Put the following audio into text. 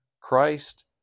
Christ